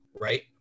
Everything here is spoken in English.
right